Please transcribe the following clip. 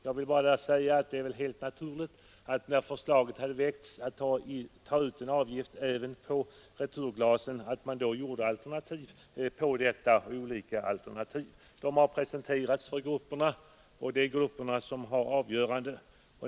Jag vill där bara säga att det är väl helt naturligt att, när förslaget hade väckts om att ta ut en avgift även på returglas, man då räknade fram olika alternativ på detta. Detta har presenterats för grupperna, och det är de som haft att träffa avgörandet.